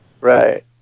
Right